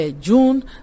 June